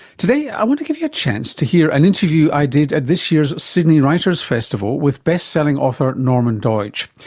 today i want to give you a chance to hear an interview i did at this year's sydney writers festival with bestselling author norman doidge.